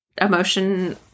emotion